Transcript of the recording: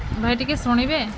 ଭାଇ ଟିକିଏ ଶୁଣିବେ